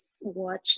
watch